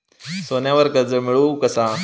सोन्यावर कर्ज मिळवू कसा?